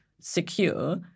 secure